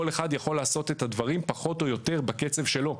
כל אחד יכול לעשות את הדברים פחות או יותר בקצב שלו.